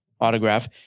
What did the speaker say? autograph